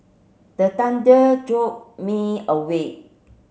the thunder jolt me awake